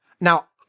Now